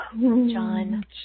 John